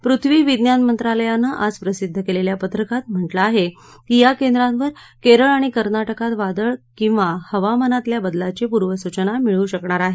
पृथ्वीविज्ञान मंत्रालयानं आज प्रसिद्ध केलेल्या पत्रकात म्हटलं आहे की या केंद्रावर केरळ आणि कर्नाटकात वादळ किंवा हवामानातल्या बदलाची पूर्वसूचना मिळू शकेल